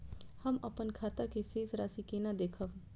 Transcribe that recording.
हम अपन खाता के शेष राशि केना देखब?